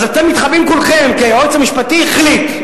אז אתם מתחבאים כולכם, כי היועץ המשפטי החליט.